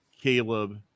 Caleb